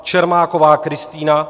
Čermáková Kristýna